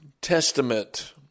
Testament